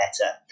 better